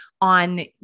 on